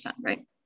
right